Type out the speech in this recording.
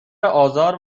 آزار